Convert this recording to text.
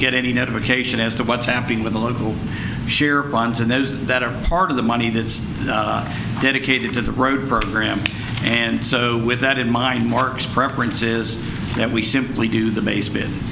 get any notification as to what's happening with the local share bonds and those that are part of the money that's dedicated to the road program and so with that in mind mark's preference is that we simply do the base